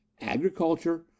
Agriculture